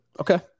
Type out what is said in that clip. Okay